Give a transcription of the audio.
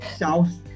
south